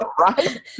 Right